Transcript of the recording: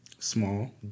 Small